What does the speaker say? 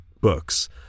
books